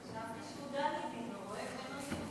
חשבתי שהוא דנידין, הרואה ואינו נראה.